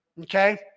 okay